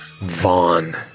Vaughn